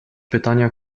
pytania